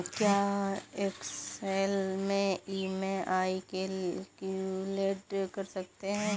क्या एक्सेल में EMI calculate कर सकते हैं?